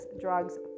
drugs